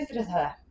estresada